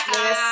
Yes